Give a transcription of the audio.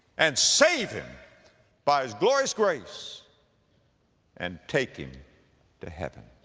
and save him by his glorious grace and take him to heaven?